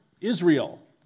Israel